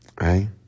Right